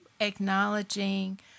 acknowledging